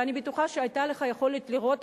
ואני בטוחה שהיתה לך יכולת לראות,